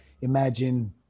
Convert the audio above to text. imagine